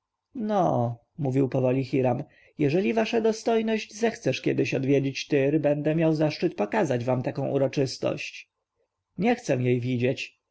no powoli mówił hiram jeżeli wasza dostojność zechcesz kiedy odwiedzić tyr będę miał zaszczyt pokazać wam taką uroczystość nie chcę jej widzieć